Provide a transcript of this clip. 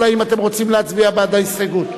האם אתם רוצים להצביע בעד ההסתייגות.